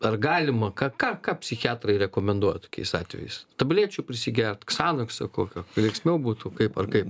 ar galima ką ką ką psichiatrai rekomenduoja tokiais atvejais tablėčių prisigert ksanakso kokio linksmiau būtų kaip ar kaip